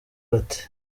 bati